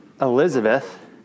Elizabeth